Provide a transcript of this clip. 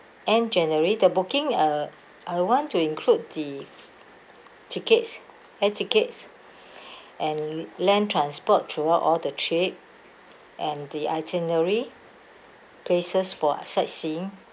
end january the booking uh I want to include the tickets air tickets and land transport throughout all the trip and the itinerary places for sightseeing